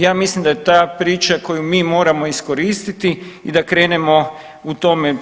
Ja mislim da je ta priča koju mi moramo iskoristiti i da krenemo u tome.